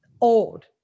old